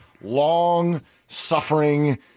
long-suffering